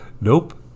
Nope